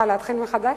מה, להתחיל מחדש?